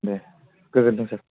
दे गोजोन्थों सार